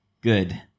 Good